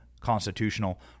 constitutional